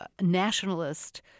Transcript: nationalist